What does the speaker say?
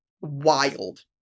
wild